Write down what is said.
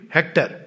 Hector